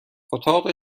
اتاق